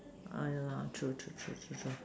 oh yeah lah true true true true true